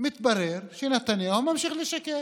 מתברר שנתניהו ממשיך לשקר.